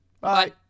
Bye